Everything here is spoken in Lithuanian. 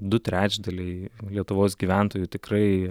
du trečdaliai lietuvos gyventojų tikrai